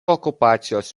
okupacijos